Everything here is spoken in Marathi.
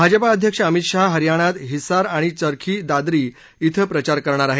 भाजपा अध्यक्ष अमित शहा हरियानात हिस्सार आणि चरखी दादरी कें प्रचार करणार आहेत